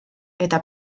eta